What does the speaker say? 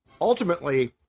ultimately